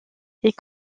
est